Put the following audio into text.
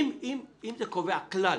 אם זה קובע כלל,